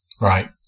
Right